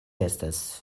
estas